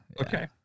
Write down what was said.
okay